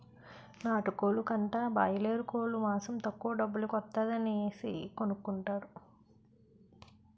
నాటుకోలు కంటా బాయలేరుకోలు మాసం తక్కువ డబ్బుల కొత్తాది అనేసి కొనుకుంటారు